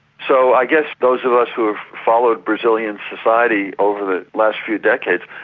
so i guess those of us who have followed brazilian society over the last few decades,